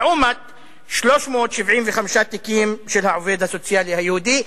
לעומת 375 תיקים של העובד הסוציאלי היהודי,